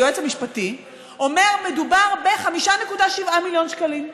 היועץ המשפטי: מדובר ב-5.7 מיליון שקלים.